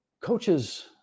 coaches